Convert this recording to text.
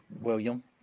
William